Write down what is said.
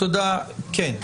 כן.